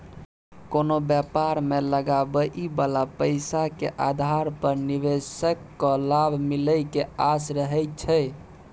कोनो व्यापार मे लगाबइ बला पैसा के आधार पर निवेशक केँ लाभ मिले के आस रहइ छै